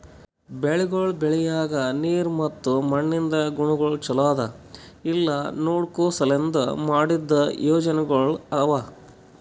ಬೆಳಿಗೊಳ್ ಬೆಳಿಯಾಗ್ ನೀರ್ ಮತ್ತ ಮಣ್ಣಿಂದ್ ಗುಣಗೊಳ್ ಛಲೋ ಅದಾ ಇಲ್ಲಾ ನೋಡ್ಕೋ ಸಲೆಂದ್ ಮಾಡಿದ್ದ ಯೋಜನೆಗೊಳ್ ಅವಾ